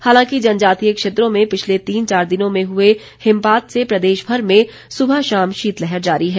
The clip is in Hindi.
हालांकि जनजातीय क्षेत्रों में पिछले तीन चार दिनों में हुए हिमपात से प्रदेशभर में सुबह शाम शीतलहर जारी है